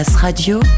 Radio